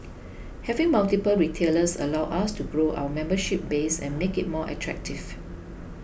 having multiple retailers allows us to grow our membership base and make it more attractive